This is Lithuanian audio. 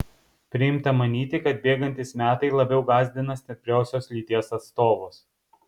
priimta manyti kad bėgantys metai labiau gąsdina stipriosios lyties atstovus